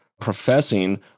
professing